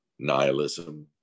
Nihilism